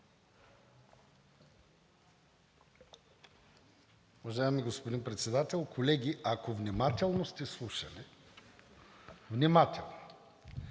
Уважаеми господин Председател, колеги! Ако внимателно сте слушали – внимателно,